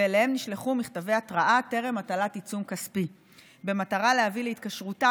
ואליהם נשלחו מכתבי התראה טרם הטלת עיצום כספי במטרה להביא להתקשרותם